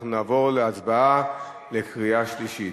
אנחנו נעבור להצבעה בקריאה שלישית.